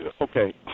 okay